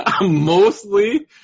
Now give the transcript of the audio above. Mostly